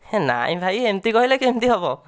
ହେ ନାଇଁ ଭାଇ ଏମିତି କହିଲେ କେମିତି ହବ